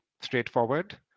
straightforward